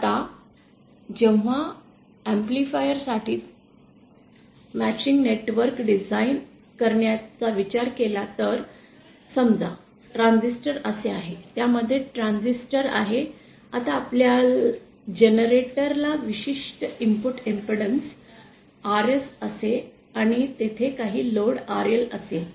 आता जेव्हा एम्पलीफायर्स साठी जुळणारे नेटवर्क डिझाइन करण्याचा विचार केला तर समजा ट्रान्झिस्टर असे आहे त्यामध्ये ट्रान्झिस्टर आहे आता आपल्या जनरेटर ला विशिष्ट इनपुट इम्पेडन्स Rs असेल आणि तेथे काही लोड RLअसेल